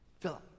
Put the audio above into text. Philip